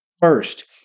first